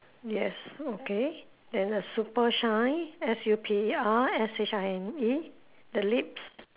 yes okay then a super shine S U P E R S H I N E the lips